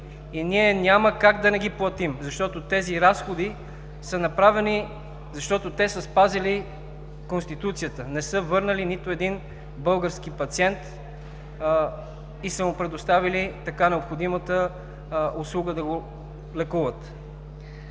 и ние няма как да не ги платим, тъй като тези разходи са направени, защото са спазили Конституцията – не са върнали нито един български пациент и са му предоставили така необходимата услуга да го лекуват.